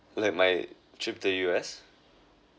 like my trip to U_S